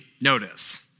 notice